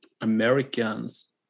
Americans